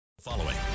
following